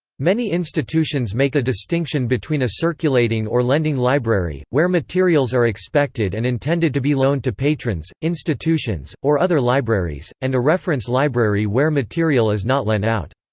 many institutions make a distinction between a circulating or lending library, where materials are expected and intended to be loaned to patrons, institutions, or other libraries, and a reference library where material is not lent out.